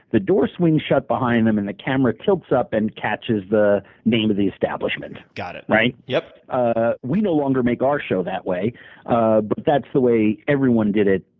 the door swings shut behind them, and the camera tilts up and catches the name of the establishment. got it. right? yep. ah we no longer make our show that way, but um that's the way everyone did it